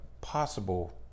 possible